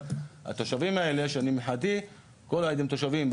התושבים האלה שאני מבחינתי כל עוד הם תושבים,